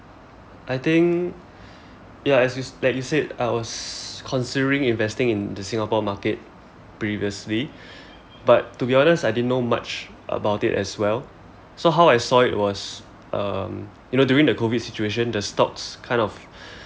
I think ya as you sa~ like you said I was considering investing in the singapore market previously but to be honest I didn't know much about it as well so how I saw it was um you know during the COVID situation the stocks kind of